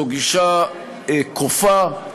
זו גישה כופה,